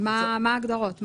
מה ההגדרות?